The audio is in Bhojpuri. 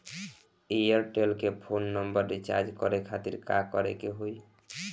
एयरटेल के फोन नंबर रीचार्ज करे के खातिर का करे के होई?